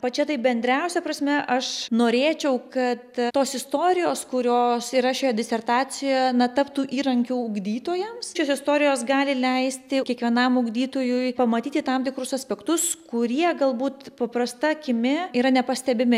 pačia tai bendriausia prasme aš norėčiau kad tos istorijos kurios yra šioje disertacijoje na taptų įrankiu ugdytojams šios istorijos gali leisti kiekvienam ugdytojui pamatyti tam tikrus aspektus kurie galbūt paprasta akimi yra nepastebimi